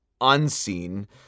unseen